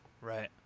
Right